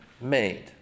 made